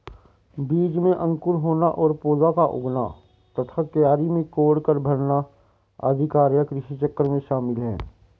बीज में अंकुर होना और पौधा का उगना तथा क्यारी को कोड़कर भरना आदि कार्य कृषिचक्र में शामिल है